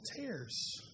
tears